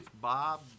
Bob